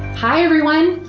hi everyone,